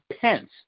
Pence